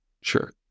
sure